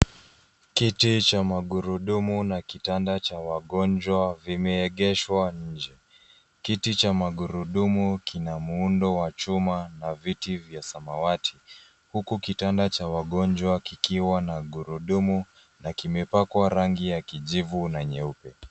Kiti cha magurudumu na kitanda cha wagonjwa vimeegeshwa nje. Kiti cha magurudumu kina muundo wa chuma na viti vya samawati huku kitanda cha wagonjwa kikiwa na gurudumu na kimepakwa rangi ya kijivu na nyeupe.